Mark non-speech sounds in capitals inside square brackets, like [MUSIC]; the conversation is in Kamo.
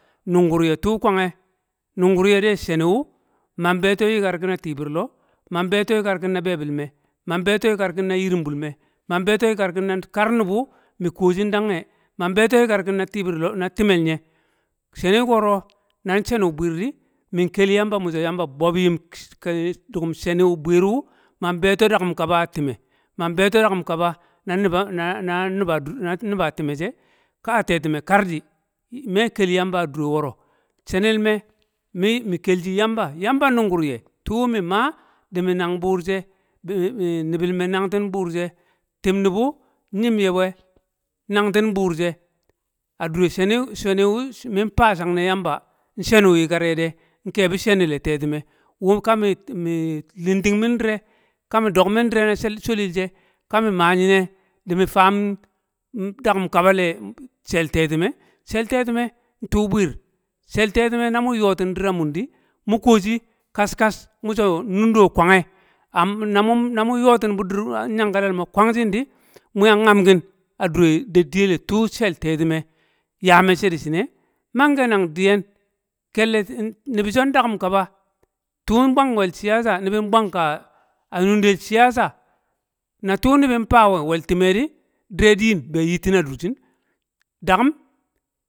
nungur ye tu kwangke̱ nungur ye de sheni wu mam biyo to yikar ki a tibir loo, mam biyo to yikar ki na bebil me, mam biyo to yikar, kin na yirimbul me, mam biyo to kar kin na kar nubu mi kuwe shi ndangke, mam biyo to yikar ki na tibir lo na timel nye, she̱ni ko̱ro̱ nan shenu bwir di mi̱n ke̱l yamba, miso̱ yamba bo̱b yum [NOISE] duku̱m she̱ni bwiir wu̱, man biyo to dokum kaba a ti̱me̱ man biyo to dakum kaba na nu̱ba- [HESITATION] na nu̱ba du̱r- na nuba te̱ti̱me̱ she, ka a te̱time̱ kar di̱ [NOISE] me̱ ke̱l yamba a du̱re̱ wo̱ro̱ she̱ni̱l me̱ mi ke̱lshin yamba, yamba nungu̱r ye tu̱ mi ma dimi nang bu̱r she̱ ti̱b ni bi̱l me̱ nang ti̱n bu̱r she̱, ti̱b nu̱bu̱ nyi̱mye̱ bwe̱ nang ti̱n buu̱r she̱ a duro she̱ru- she̱ru wo̱ mi̱n fa a chang ne yamba nshe̱ nu̱ wu̱ yi̱kar ye̱de̱ nke̱bi̱ she̱ni be tetime wu kami [NOISE] lin ting min di̱re̱ ka mi do̱ku̱mịn di̱re̱ na so̱li̱l she̱ ka mi̱ ma nyie di mi fam daku̱m kabale̱ [NOISE] she̱l te̱time she̱l teti̱me̱ ntu bwi̱r she̱ll te̱ti̱me̱ na mun yo̱tin dir a mun di mu kuwo shi kash kash muso nnunde kwangye [NOISE] namun namun yotin bu [NOISE] nyanka le̱lmo kwangshindi mu yang nyamkin a dure dediyele̱ tuu shell tetime ya mecce dishi̱n ne. mangke̱ nang diyen, kelle nibi sho̱n daku̱m kaba, tuu nbwang we̱l siyasa nibi nbwang ka- a nundell siyasa, na tu nibin faa we̱ll ti̱me̱ di, dire̱ di̱n be yitti̱n a durshi̱n, daku̱m